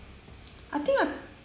I think I